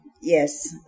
Yes